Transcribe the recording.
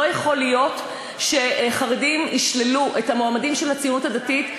לא יכול להיות שחרדים ישללו את המועמדים של הציונות הדתית.